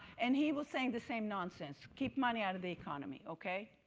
and he was saying the same nonsense, keep money out of the economy, okay?